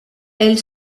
elle